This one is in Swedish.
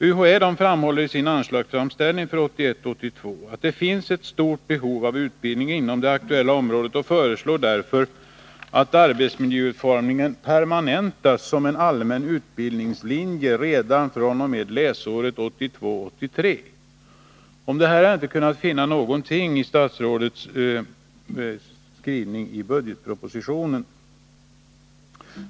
UHÄ framhåller i sin anslagsframställning för 1981/82 att det finns ett stort behov av utbildning inom det aktuella området och föreslår därför att arbetsmiljöutformning permanentas som en allmän utbildningslinje redan 85 Om detta har jag inte kunnat finna någonting i statsrådets skrivning i budgetpropositionen.